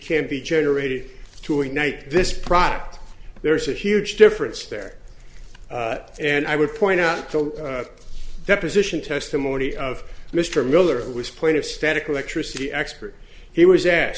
can be generated to ignite this product there is a huge difference there and i would point out that the deposition testimony of mr miller was point of static electricity expert he was a